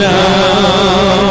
now